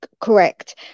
correct